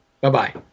Bye-bye